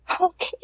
Okay